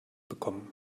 bekommen